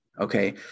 Okay